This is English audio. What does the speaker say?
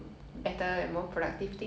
okay